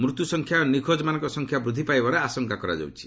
ମୃତ୍ୟୁସଂଖ୍ୟା ଓ ନିଖୋକମାନଙ୍କ ସଂଖ୍ୟା ବୃଦ୍ଧି ପାଇବାର ଆଶଙ୍କା କରାଯାଉଛି